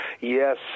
Yes